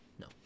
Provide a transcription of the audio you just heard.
No